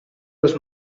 les